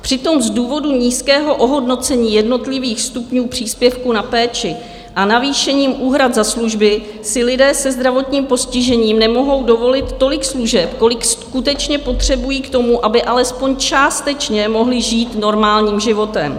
Přitom z důvodu nízkého ohodnocení jednotlivých stupňů příspěvku na péči a navýšením úhrad za služby si lidé se zdravotním postižením nemohou dovolit tolik služeb, kolik skutečně potřebují k tomu, aby alespoň částečně mohli žít normálním životem.